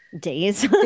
days